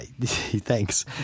Thanks